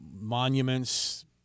monuments